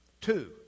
Two